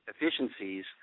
efficiencies